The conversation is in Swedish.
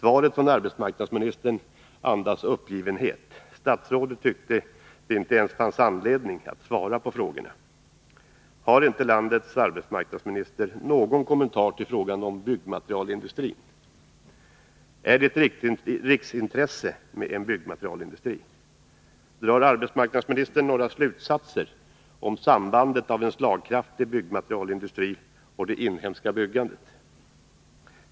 Svaret från arbetsmarknadsministern andas uppgivenhet. Statsrådet tyckte inte ens att det fanns anledning att besvara frågorna. Har inte landets arbetsmarknadsminister någon kommentar till frågan om byggmaterialindustrin? Är det ett riksintresse att ha en byggmaterialindustri? Drar arbetsmarknadsministern några slutsatser om sambandet mellan en slagkraftig byggmaterialindustri och det inhemska byggandet?